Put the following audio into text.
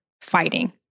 fighting